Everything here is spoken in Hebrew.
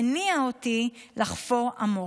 הניעה אותי לחפור עמוק.